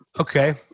Okay